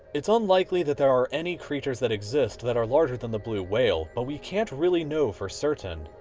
it's unlikely that there are any creatures that exist, that are larger than the blue whale, but we can't really know for certain,